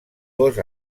dos